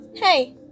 Hey